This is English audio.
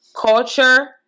culture